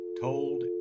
told